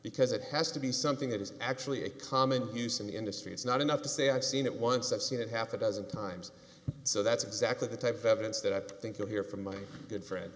because it has to be something that is actually a common use in the industry it's not enough to say i've seen it once i've seen it half a dozen times so that's exactly the type of evidence that i think they'll hear from my good friend